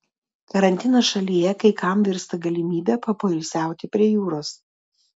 karantinas šalyje kai kam virsta galimybe papoilsiauti prie jūros